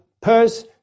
purse